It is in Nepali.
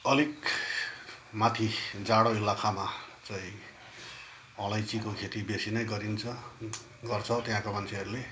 अलिक माथि जाडो इलाकामा चाहिँ अलैँचीको खेती बेसी नै गरिन्छ गर्छ त्यहाँको मान्छेहरूले